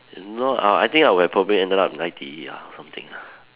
if not uh I think I would have probably ended up in I_T_E ah or something lah